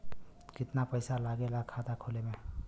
कितना पैसा लागेला खाता खोले में?